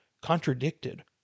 contradicted